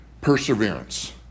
perseverance